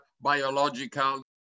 biological